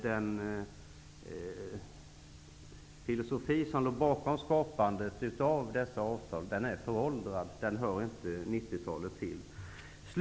Den filosofi som låg bakom skapandet av dessa avtal är föråldrad och hör inte 90-talet till.